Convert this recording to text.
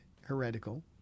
heretical